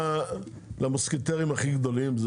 למוסקטרים הכי גדולים.